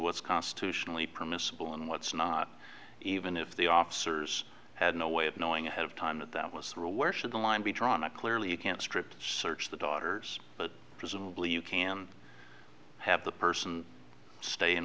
what's constitutionally permissible and what's not even if the officers had no way of knowing ahead of time that that was the rule where should the line be drawn that clearly you can't strip search the daughters but presumably you can have the person stay in